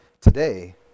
Today